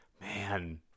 man